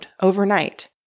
overnight